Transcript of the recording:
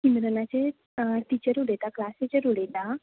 सिम्रनाची teacher उलयतां class teacher उलयतां